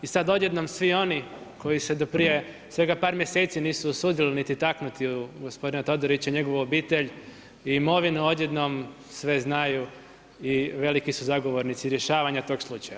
I sad odjednom svi oni koji su do prije svega par mjeseci nisu usudili niti taknuti u gospodina Todorića i njegovu obitelj i imovinu odjednom sve znaju i veliki su zagovornici rješavanja tog slučaja.